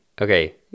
okay